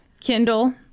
Kindle